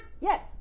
Yes